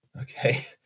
Okay